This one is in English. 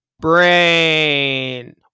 brain